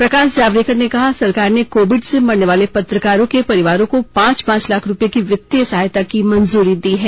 प्रकाश जावड़ेकर ने कहा सरकार ने कोविड से मरने वाले पत्रकारों के परिवारों को पांच पांच लाख रुपये की वित्तीय सहायता की मंजूरी दी है